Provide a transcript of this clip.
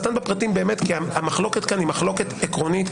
השטן בפרטים באמת כי המחלוקת כאן היא מחלוקת עקרונית,